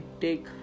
take